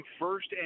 first